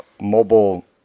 mobile